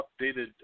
updated